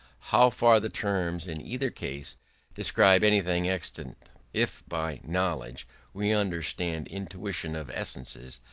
how far the terms in either case describe anything existent. if by knowledge we understand intuition of essences,